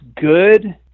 good –